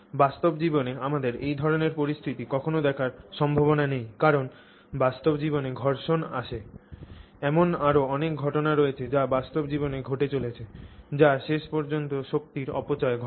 বাস্তব জীবনে আমাদের এই ধরণের পরিস্থিতি কখনও দেখার সম্ভাবনা নেই কারণ বাস্তব জীবনে ঘর্ষণ আছে এমন আরও অনেক ঘটনা রয়েছে যা বাস্তব জীবনে ঘটে চলেছে যা শেষ পর্যন্ত শক্তির অপচয় ঘটায়